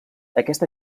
aquesta